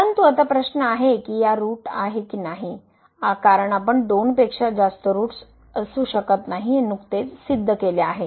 परंतु आता प्रश्न आहे की या ठिकाणी ऋट आहे की नाही कारण आपण दोनपेक्षा जास्त रुट्स असू शकत नाहीत हे नुकतेच सिद्ध केले आहे